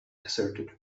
asserted